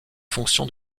fonctions